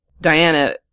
Diana